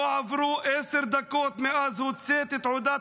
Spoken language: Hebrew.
לא עברו עשר דקות מאז שהוצאתי את תעודת